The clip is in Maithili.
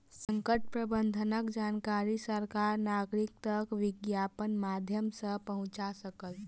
संकट प्रबंधनक जानकारी सरकार नागरिक तक विज्ञापनक माध्यम सॅ पहुंचा सकल